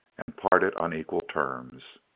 and parted on equal terms.